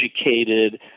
educated